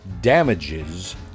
damages